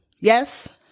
Yes